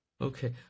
okay